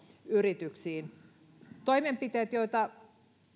yrityksiin kaikki toimenpiteet joita